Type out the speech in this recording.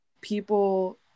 people